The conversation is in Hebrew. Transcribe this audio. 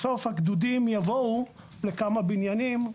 בסוף הגדודים יבואו לכמה בניינים,